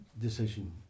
decision